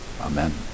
Amen